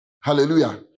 Hallelujah